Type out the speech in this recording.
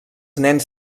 nens